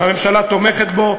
הממשלה תומכת בו,